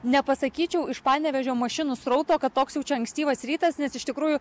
nepasakyčiau iš panevėžio mašinų srauto kad toks jau čia ankstyvas rytas nes iš tikrųjų